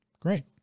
Great